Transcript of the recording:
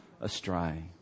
astray